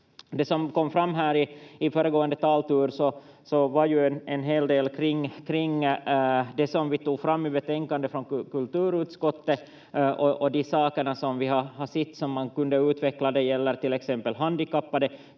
Det som kom fram här i föregående taltur var ju en hel del kring det som vi tog fram i betänkandet från kulturutskottet och de sakerna som vi har sett som man kunde utveckla. Det gäller till exempel handikappade,